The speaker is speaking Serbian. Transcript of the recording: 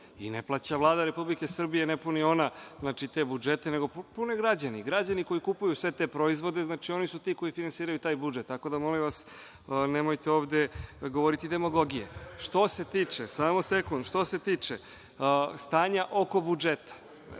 plaća Vlada Republike Srbije, ne puni ona te budžete nego pune građani, građani koji kupuju sve te proizvode, znači oni su ti koji finansiraju taj budžet. Tako da, molim vas, nemojte ovde govoriti demagogije. Što se tiče, stanja oko budžeta,